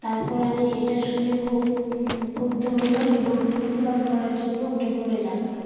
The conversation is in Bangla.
তারপর আমি এটা শুনে খুব ক্ষুব্ধ হলাম এবং প্রতিবাদ করার জন্য উঠে পড়ে লাগলাম